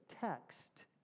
text